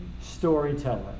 storyteller